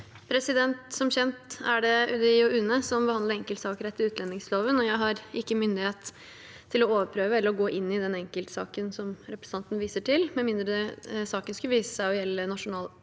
Som kjent er det UDI og UNE som behandler enkeltsaker etter utlendingsloven. Jeg har ikke myndighet til å overprøve eller gå inn i den enkeltsaken representanten viser til, med mindre saken skulle vise seg å gjelde grunnleggende